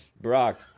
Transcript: Brock